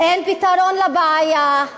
אין פתרון לבעיה,